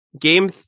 game